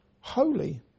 holy